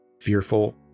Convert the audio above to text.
fearful